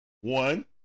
One